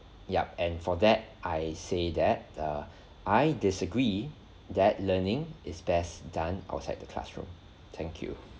yup and for that I say that err I disagree that learning is best done outside the classroom thank you